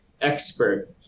expert